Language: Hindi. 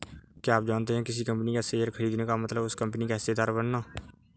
क्या आप जानते है किसी कंपनी का शेयर खरीदने का मतलब उस कंपनी का हिस्सेदार बनना?